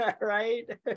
Right